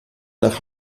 nach